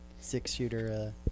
six-shooter